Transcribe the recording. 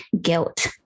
guilt